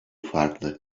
farklı